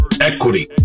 equity